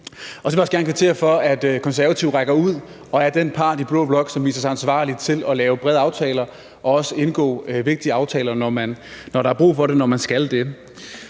også gerne kvittere for, at Konservative rækker ud og er den part i blå blok, som viser sig ansvarlig til at lave brede aftaler og også indgå vigtige aftaler, når der er brug for det, og når man skal det.